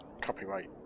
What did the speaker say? copyright